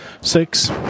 six